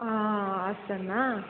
ಹಾಂ ಹಾಸನ್ನ